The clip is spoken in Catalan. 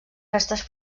restes